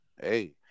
hey